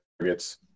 targets